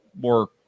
more